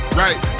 right